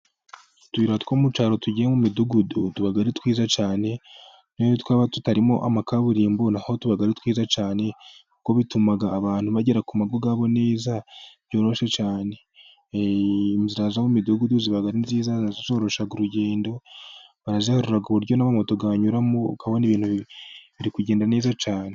Utuyira two mu cyaro tugiye mu midugudu tuba ari twiza cyane, n'iyo twaba tutarimo amakaburimbo na ho tuba ari twiza cyane, kuko bituma abantu bagera ku mago neza byoroshye cyane. Inzira zo mu midugudu ziba ari nziza na zo zoroshya urugendo, baraziharura ku buryo n'amamoto anyuramo, ukabona ibintu biri kugenda neza cyane.